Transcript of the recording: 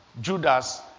Judas